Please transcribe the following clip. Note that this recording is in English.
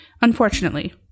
unfortunately